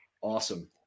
Awesome